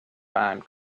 find